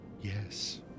Yes